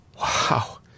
Wow